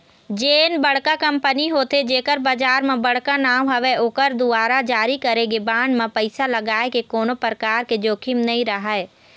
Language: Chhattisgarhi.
जेन बड़का कंपनी होथे जेखर बजार म बड़का नांव हवय ओखर दुवारा जारी करे गे बांड म पइसा लगाय ले कोनो परकार के जोखिम नइ राहय